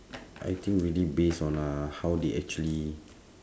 I think really based on uh how they actually